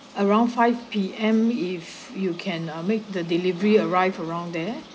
around five P_M if you can uh make the delivery arrived around there